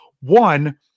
one